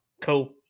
cool